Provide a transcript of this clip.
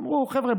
הם אמרו: חבר'ה,